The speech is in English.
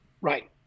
Right